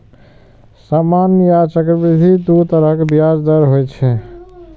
सामान्य आ चक्रवृद्धि दू तरहक ब्याज दर होइ छै